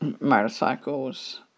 motorcycles